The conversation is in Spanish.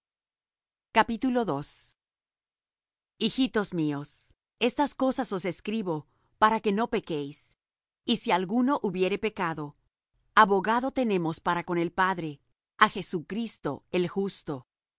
en nosotros hijitos míos estas cosas os escribo para que no pequéis y si alguno hubiere pecado abogado tenemos para con el padre á jesucristo el justo